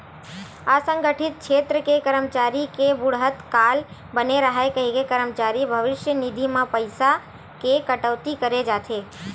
असंगठित छेत्र के करमचारी के बुड़हत काल बने राहय कहिके करमचारी भविस्य निधि म पइसा के कटउती करे जाथे